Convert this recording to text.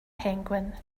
penguin